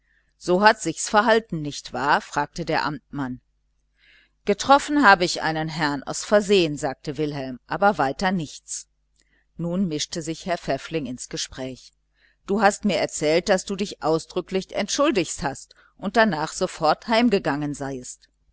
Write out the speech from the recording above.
so hat sich's verhalten nicht wahr fragte der amtmann getroffen habe ich einen herrn aus versehen sagte wilhelm aber weiter nichts nun mischte sich herr pfäffling ins gespräch du hast mir erzählt daß du dich ausdrücklich entschuldigt habest und sofort heimgegangen seiest